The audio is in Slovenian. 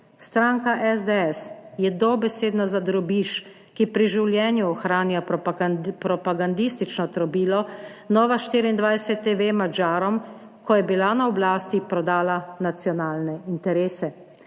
Stranka SDS je dobesedno za drobiž, ki pri življenju ohranja propagandistično trobilo Nova 24 TV, Madžarom, ko je bila na oblasti, prodala nacionalne interese.